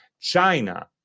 China